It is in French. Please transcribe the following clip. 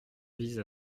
vise